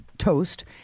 toast